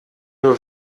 nur